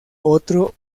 otro